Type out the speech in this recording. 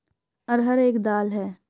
अरहर एक दाल है